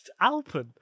Alpen